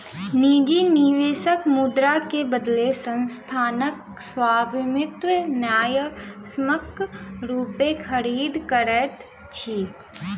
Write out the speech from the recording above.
निजी निवेशक मुद्रा के बदले संस्थानक स्वामित्व न्यायसम्यक रूपेँ खरीद करैत अछि